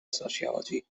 sociology